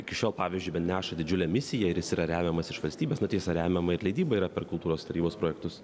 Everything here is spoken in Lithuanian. iki šiol pavyzdžiui neša didžiulę misiją ir jis yra remiamas iš valstybės na tiesa remiama ir leidyba yra per kultūros tarybos projektus